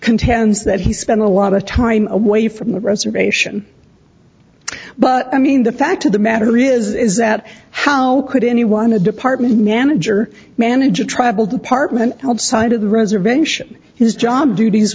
contends that he spent a lot of time away from the reservation but i mean the fact of the matter is that how could anyone a department manager manage a travel department held side of the reservation his job duties